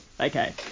Okay